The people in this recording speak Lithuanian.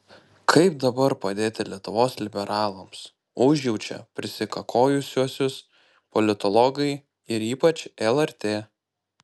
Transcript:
kaip dabar padėti lietuvos liberalams užjaučia prisikakojusiuosius politologai ir ypač lrt